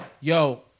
Yo